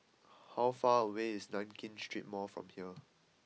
how far away is Nankin Street Mall from here